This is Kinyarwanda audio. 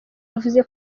yavuze